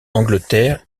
angleterre